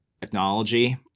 technology